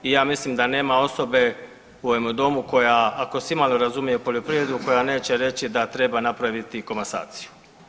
I ja mislim da nema osobe u ovome domu koja ako se imalo razumije u poljoprivrednu, koja neće reći da treba napraviti komasaciju.